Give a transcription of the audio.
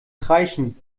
kreischen